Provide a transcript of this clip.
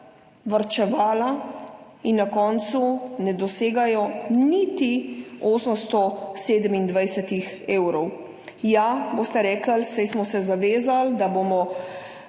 varčevala in na koncu ne dosegajo niti 827 evrov. Ja, boste rekli, saj smo se zavezali, da bomo